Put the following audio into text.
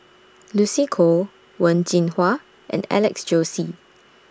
Lucy Koh Wen Jinhua and Alex Josey